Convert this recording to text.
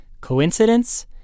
Coincidence